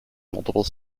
multiple